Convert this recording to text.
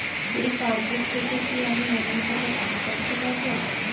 এই পাসবুক থেকে কি আমি অন্য কোথাও টাকা পাঠাতে পারব?